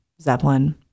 Zeppelin